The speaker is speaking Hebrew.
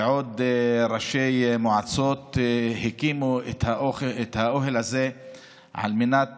ועוד ראשי מועצות הקימו את האוהל הזה על מנת